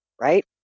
right